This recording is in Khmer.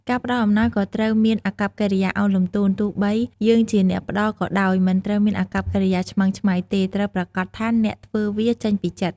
ការផ្តល់អំណោយក៏ត្រូវមានអាកប្បកិរិយាឳនលំទោន ទោះបីយើងជាអ្នកផ្តល់ក៏ដោយមិនត្រូវមានអាកប្បកិរិយាឆ្មើងឆ្មៃទេ ត្រូវប្រាកដថាអ្នកធ្វើវាចេញពីចិត្ត។